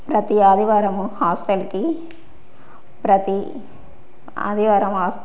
ప్రతి ఆదివారం హాస్టల్కి ప్రతి ఆదివారం హాస్